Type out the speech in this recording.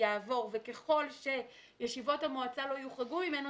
יעבור וככל שישיבות המועצה לא יוחרגו ממנו,